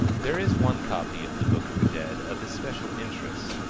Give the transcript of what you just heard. there is one copy of the book of the dead of especial interest,